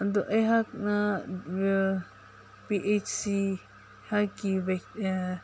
ꯑꯗꯨ ꯑꯩꯍꯥꯛꯅ P H ꯁꯤ